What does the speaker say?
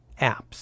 apps